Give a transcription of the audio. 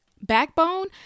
backbone